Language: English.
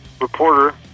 Reporter